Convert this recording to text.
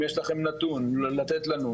אם יש לכם נתון לתת לנו,